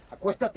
Acuéstate